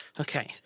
Okay